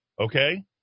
okay